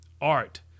art